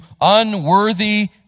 unworthy